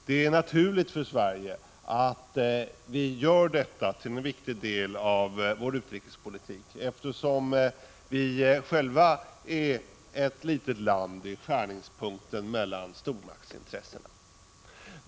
Det är naturligt för Sverige att göra detta till en viktig del av vår utrikespolitik, eftersom vi själva är ett litet land i skärningspunkten mellan stormaktsintressena.